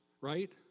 right